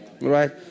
Right